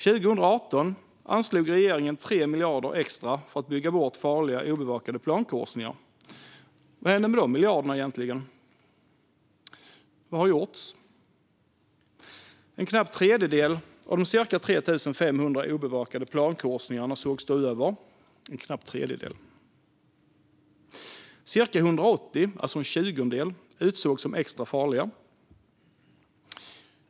År 2018 anslog regeringen 3 miljarder extra för att bygga bort farliga obevakade plankorsningar. Vad hände egentligen med de miljarderna? Vad har gjorts? En knapp tredjedel av de cirka 3 500 obevakade plankorsningarna sågs då över. Cirka 180, alltså en tjugondel, betecknades som extra farliga.